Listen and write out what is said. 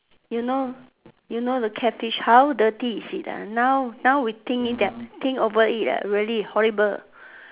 you know you know the catfish how dirty is it ah now now we think it ah think over it ah really horrible